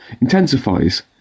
intensifies